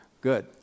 Good